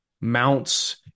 mounts